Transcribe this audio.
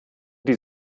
die